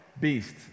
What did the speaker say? beast